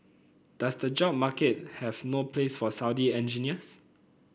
does the job market have no place for Saudi engineers